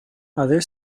other